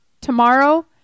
tomorrow